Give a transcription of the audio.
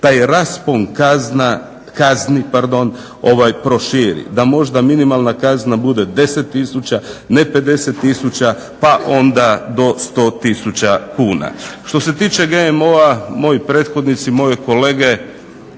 taj raspon kazni proširi. Da možda minimalna kazna bude 10 tisuća, ne 50 tisuća pa onda do 100 tisuća kuna. Što se tiče GMO-a moji prethodnici, moji kolege